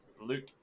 Luke